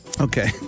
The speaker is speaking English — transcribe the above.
Okay